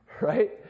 right